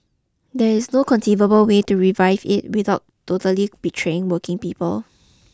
there is no conceivable way to revive it without totally betraying working people